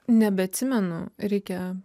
nebeatsimenu reikia